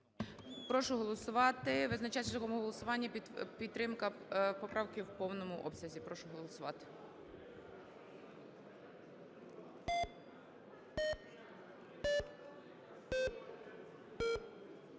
Прошу проголосувати, визначатися шляхом голосування. Підтримка поправки в повному обсязі. Прошу проголосувати.